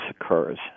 occurs